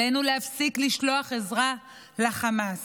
עלינו להפסיק לשלוח עזרה לחמאס.